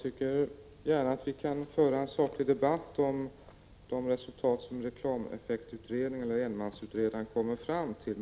Herr talman! Vi kan gärna föra en saklig debatt om de resultat som reklameffektutredningen kommer fram till.